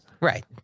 Right